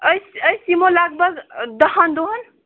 أسۍ أسۍ یِمو لگ بگ دَہَن دۄہَن